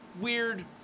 weird